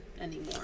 anymore